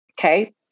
okay